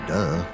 Duh